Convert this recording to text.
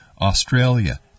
Australia